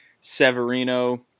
Severino